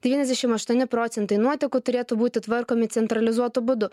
devyniasdešim aštuoni procentai nuotekų turėtų būti tvarkomi centralizuotu būdu